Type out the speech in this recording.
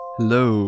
Hello